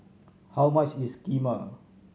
how much is Kheema